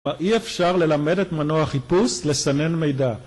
אי אפשר ללמד את מנוע החיפוש לסנן מידע